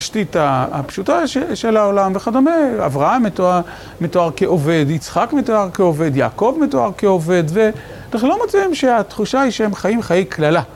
התשתית הפשוטה של העולם וכדומה, אברהם מתואר כעובד, יצחק מתואר כעובד, יעקב מתואר כעובד, ואנחנו לא מוצאים שהתחושה היא שהם חיים חיי קללה.